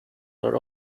are